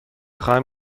خواهم